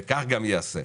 וכך גם ייעשה.